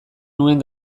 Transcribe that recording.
nuen